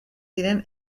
diren